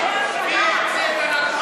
תגידי לי, מי המציא את הנגמ"ש?